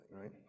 right